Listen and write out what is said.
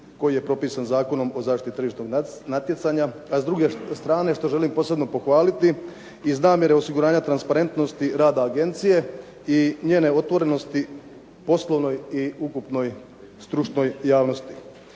koji je propisan Zakonom o zaštiti tržišnog natjecanja, a s druge strane što želim posebno pohvaliti iz namjere osiguranja transparentnosti rada agencije i njene otvorenosti poslovnoj i ukupnoj stručnoj javnosti.